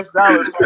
dollars